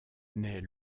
naît